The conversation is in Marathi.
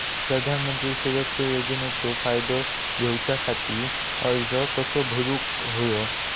प्रधानमंत्री सुरक्षा योजनेचो फायदो घेऊच्या खाती अर्ज कसो भरुक होयो?